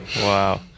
Wow